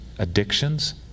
addictions